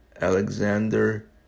Alexander